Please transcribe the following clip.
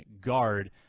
guard